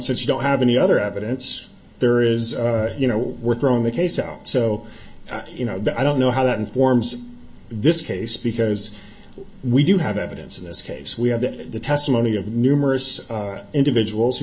since you don't have any other evidence there is you know we're throwing the case out so i don't know how that informs this case because we do have evidence in this case we have that the testimony of numerous individuals who